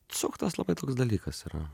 suktas labai toks dalykas yra